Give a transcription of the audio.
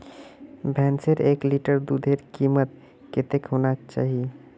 भैंसेर एक लीटर दूधेर कीमत कतेक होना चही?